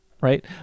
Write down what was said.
right